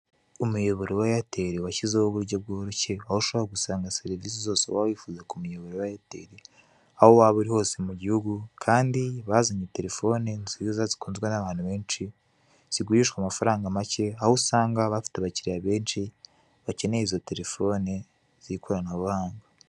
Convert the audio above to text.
Umuyoboro wa eyateri washyizeho uburyo bworoshye, aho ushobora gusanga serivise zose waba wifuza ku muyoboro wa eyeteri, aho waba uri hose mu gihugu kandi bazanye terefone nziza zikunwe n'abantu benshi zigurishwa amafaranga make, aho usanga bafite abakiriya benshi bakeneye izo terefone z'ikoranabuhanga.